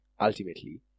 ultimately